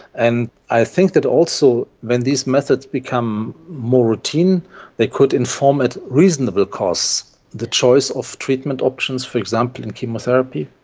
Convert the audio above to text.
and i think that also when these methods become more routine they could inform at reasonable costs the choice of treatment options, for example, in chemotherapy.